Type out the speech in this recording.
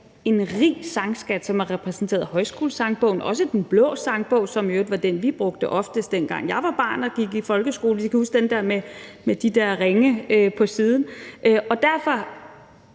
en rig sangskat, som er repræsenteret i Højskolesangbogen, også den blå sangbog, som i øvrigt var den, vi brugte oftest, dengang jeg var barn og gik i folkeskole – jeg kan huske den der bog med de der ringe på siden. Derfor